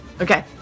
Okay